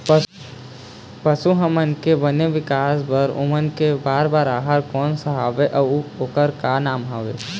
पशु हमन के बने विकास बार ओमन के बार आहार कोन कौन सा हवे अऊ ओकर का नाम हवे?